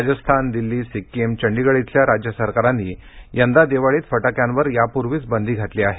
राजस्थान दिल्ली सिक्कीम चंडीगड इथल्या राज्य सरकारांनी यंदा दिवाळीत फटाक्यांवर यापूर्वीच बंदी घातली आहे